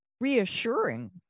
reassuring